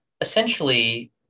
essentially